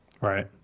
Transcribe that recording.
Right